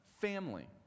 family